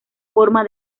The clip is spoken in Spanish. forma